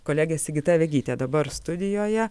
kolegė sigita vegytė dabar studijoje